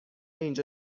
اینجا